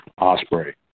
Osprey